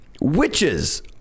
Witches